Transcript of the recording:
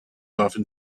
often